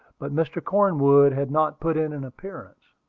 but mr. cornwood had not put in an appearance.